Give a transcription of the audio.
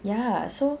ya so